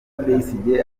besigye